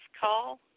call